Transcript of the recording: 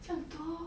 这样多